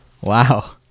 wow